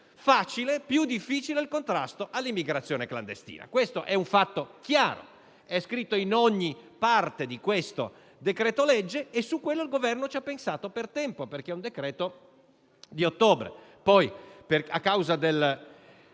facile e più difficile il contrasto all'immigrazione clandestina. Questo è un fatto chiaro, è scritto in ogni parte del decreto-legge, e su questo il Governo ha pensato per tempo, perché è un decreto di ottobre.